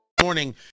Morning